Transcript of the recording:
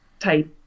type